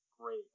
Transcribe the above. great